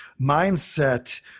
mindset